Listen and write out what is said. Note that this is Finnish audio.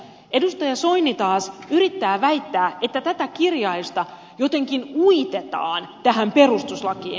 edustaja soini taas yrittää väittää että tätä kirjausta jotenkin uitetaan tähän perustuslakiin